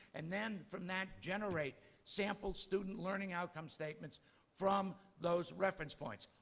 and then from that, generate sample student learning outcomes statements from those reference points.